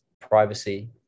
privacy